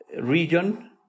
region